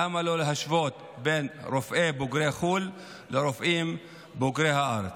למה לא להשוות בין רופאים בוגרי חו"ל לרופאים בוגרי הארץ.